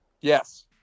Yes